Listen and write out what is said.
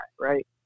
right